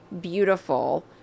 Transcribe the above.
beautiful